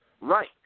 Right